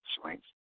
swings